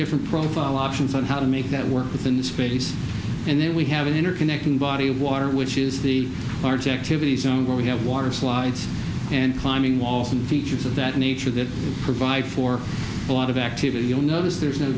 different profile options on how to make that work within the space and then we have an interconnection body of water which is the large activity zone where we have water slides and climbing walls and features of that nature that provide for a lot of activity you'll notice there's no